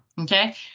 Okay